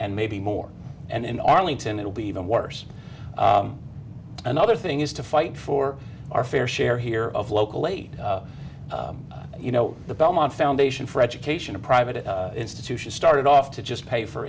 maybe more and in arlington it'll be even worse another thing is to fight for our fair share here of local aid you know the belmont foundation for education a private institution started off to just pay for